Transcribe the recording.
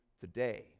today